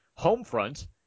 Homefront